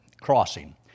crossing